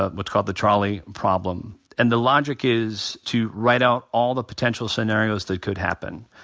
ah what's called the trolley problem and the logic is to write out all the potential scenarios that could happen.